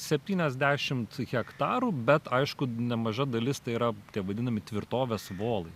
septyniasdešim hektarų bet aišku nemaža dalis tai yra tie vadinami tvirtovės volai